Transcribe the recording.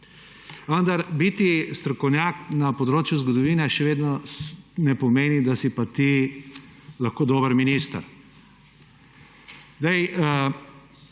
Vendar, biti strokovnjak na področju zgodovine še vedno ne pomeni, da si pa ti lahko dober minister.